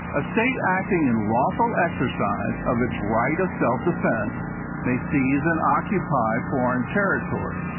a state acting in lawful exercise of its right of self defense may seize and occupy foreign territory,